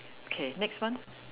okay next one